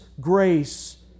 grace